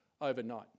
overnight